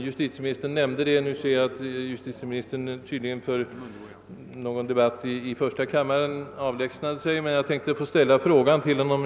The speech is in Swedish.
Jag ser nu att han beklagligt nog tydligen för någon votering måst gå över i första kammaren, eftersom han lämnat denna kammare.